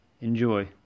Enjoy